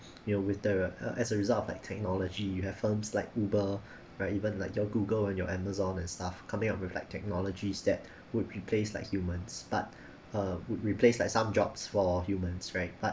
you know with the uh as a result of like technology you have firms like uber right even like your google and your amazon and stuff coming up with like technologies that would replace like humans but uh would replace like some jobs for humans right but